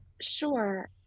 Sure